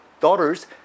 daughters